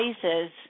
places